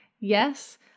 Yes